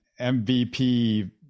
MVP